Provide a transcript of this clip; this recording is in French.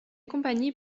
compagnies